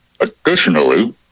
Additionally